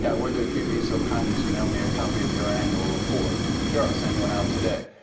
yeah, i wondered if you'd be so kind as to mail me a copy of your annual report. sure, i'll send you one out today.